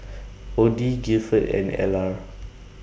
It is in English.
Odie Gilford and Ellar